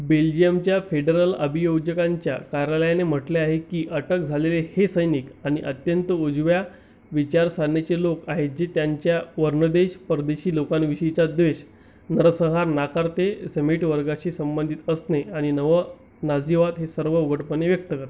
बेल्जियमच्या फेडरल अभियोजकांच्या कार्यालयाने म्हटले आहे की अटक झालेले हे सैनिक आणि अत्यंत उजव्या विचारसरणीचे लोक आहेत जे त्यांच्या वर्णद्वेष परदेशी लोकांविषयीचा द्वेष नरसंहार नाकारते समेट वर्गाशी संबंधित असणे आणि नवनाझीवाद हे सर्व उघडपणे व्यक्त कर